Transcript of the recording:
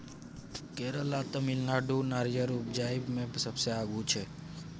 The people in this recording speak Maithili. केरल आ तमिलनाडु नारियर उपजाबइ मे सबसे आगू छै